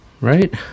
right